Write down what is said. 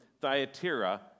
Thyatira